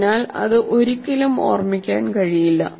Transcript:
അതിനാൽ അത് ഒരിക്കലും ഓർമ്മിക്കാൻ കഴിയില്ല